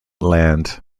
land